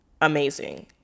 amazing